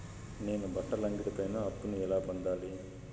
నేను బట్టల అంగడి పైన అప్పును ఎలా పొందాలి?